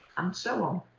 and so on.